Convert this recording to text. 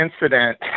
incident